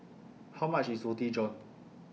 How much IS Roti John